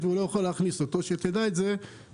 והוא לא יוכל להכניס אותו שתדע את זה מראש.